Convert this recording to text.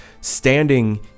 standing